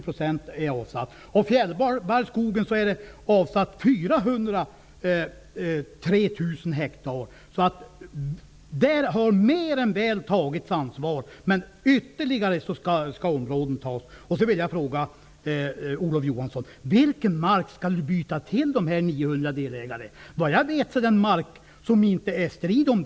Man har alltså mer än väl tagit sitt ansvar. Men nu skall ytterligare områden tas i anspråk. Vilken mark, Olof Johansson, skall de här 900 delägarna få sig tillbytt? Såvitt jag vet, pågår det verksamhet på den mark som det inte är strid om.